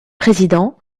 président